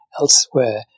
Elsewhere